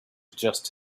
just